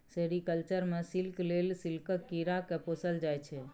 sericulture मे silk लेल सिल्कक कीरा केँ पोसल जाइ छै